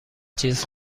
چیز